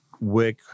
work